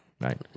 Right